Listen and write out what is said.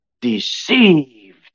deceived